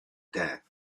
death